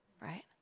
right